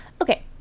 Okay